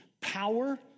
power